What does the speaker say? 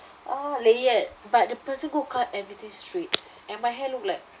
orh layered but the person go cut everything straight and my hair look like